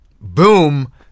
Boom